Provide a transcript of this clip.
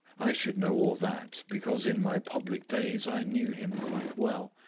i should know all that, because in my public days i knew him quite well.